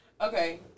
Okay